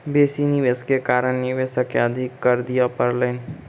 बेसी निवेश के कारण निवेशक के अधिक कर दिअ पड़लैन